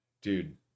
dude